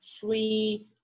free